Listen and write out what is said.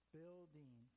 building